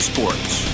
Sports